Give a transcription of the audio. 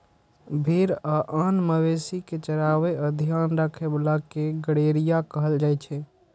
भेड़ आ आन मवेशी कें चराबै आ ध्यान राखै बला कें गड़ेरिया कहल जाइ छै